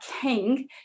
king